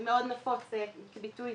כמאוד נפוץ כביטוי